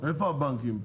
איפה הבנקים?